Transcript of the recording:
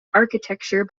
architecture